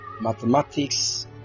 mathematics